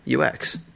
ux